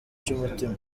cy’umutima